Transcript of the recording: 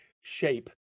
shape